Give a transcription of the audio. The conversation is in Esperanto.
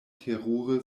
terure